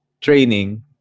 training